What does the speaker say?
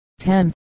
10